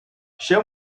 show